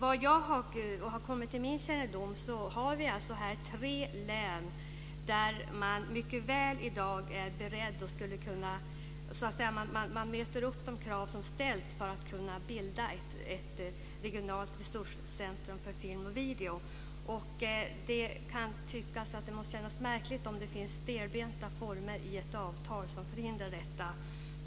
Enligt vad som kommit till min kännedom har vi här tre län där man i dag mycket väl är beredd att möta upp de krav som ställs för att kunna bilda ett regionalt resurscentrum för film och video. Det kan tyckas märkligt om det finns stelbenta former i ett avtal som förhindrar detta.